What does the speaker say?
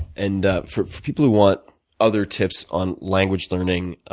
and for people who want other tips on language learning,